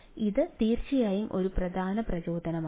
അതിനാൽ ഇത് തീർച്ചയായും ഒരു പ്രധാന പ്രചോദനമാണ്